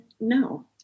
no